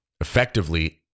effectively